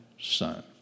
Son